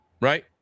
right